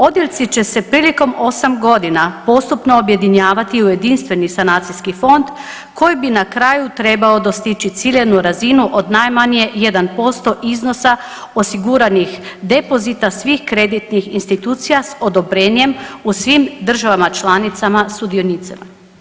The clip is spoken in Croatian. Odjeljci će se prilikom 8 godina postupno objedinjavati u jedinstveni sanacijski fond koji bi na kraju trebao dostići ciljanu razinu od najmanje 1% iznosa osiguranih depozita svih kreditnih institucija s odobrenjem u svim državama članicama sudionice.